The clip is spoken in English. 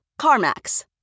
CarMax